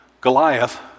Goliath